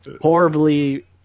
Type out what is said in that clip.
horribly